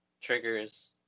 triggers